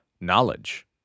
knowledge